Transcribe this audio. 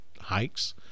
hikes